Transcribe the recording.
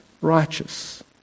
righteous